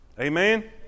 Amen